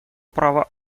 права